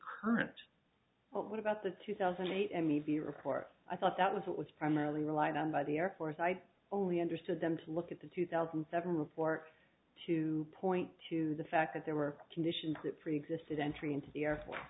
current what about the two thousand and eight m e v report i thought that was what was primarily relied on by the air force i only understood them to look at the two thousand and seven report to point to the fact that there were conditions that preexisted entry into the air force